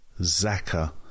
Zaka